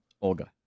Olga